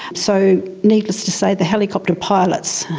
so needless to say the helicopter pilots,